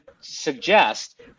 suggest